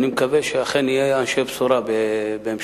אני מקווה שאכן נהיה אנשי בשורה בהמשך.